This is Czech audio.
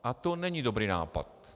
A to není dobrý nápad.